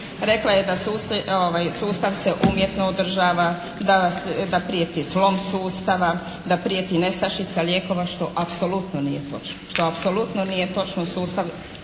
Rekla je da sustav se umjetno održava, da prijeti slom sustava, da prijeti nestašica lijekova što apsolutno nije točno. Što apsolutno nije točno. Sustav